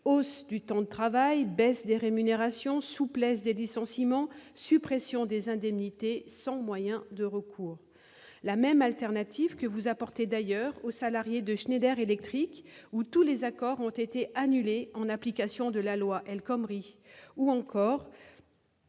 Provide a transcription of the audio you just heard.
hausse du temps de travail, baisse des rémunérations, souplesse des licenciements, suppression des indemnités sans moyen de recours. C'est la même solution que vous apportez d'ailleurs aux salariés de Schneider Electric, où tous les accords ont été annulés en application de la loi El Khomri, ou encore